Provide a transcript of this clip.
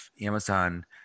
Amazon